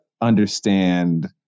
understand